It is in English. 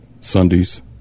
Sundays